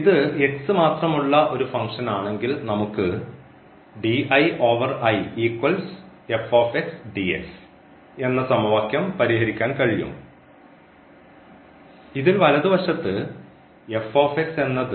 ഇത് മാത്രമുള്ള ഒരു ഫങ്ക്ഷൻ ആണെങ്കിൽ നമുക്ക് എന്ന സമവാക്യം പരിഹരിക്കാൻ കഴിയും ഇതിൽ വലതുവശത്ത് എന്നത്